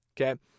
okay